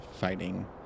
fighting